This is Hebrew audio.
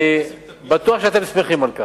אני בטוח שאתם שמחים על כך.